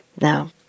Now